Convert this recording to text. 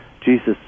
Jesus